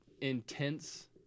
intense